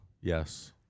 Yes